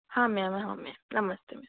हाँ मेम हाँ मेम नमस्ते मैम